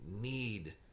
need